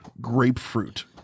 grapefruit